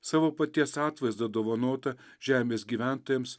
savo paties atvaizdą dovanotą žemės gyventojams